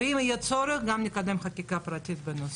אם יהיה צורך אנחנו גם נקדם חקיקה פרטית בנושא.